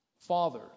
Father